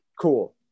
Cool